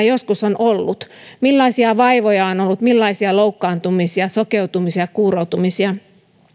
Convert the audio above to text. joskus on ollut millaisia vaivoja on on ollut millaisia loukkaantumisia sokeutumisia kuuroutumisia